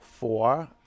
Four